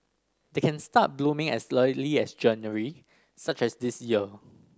they can start blooming as early as January such as this year